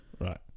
Right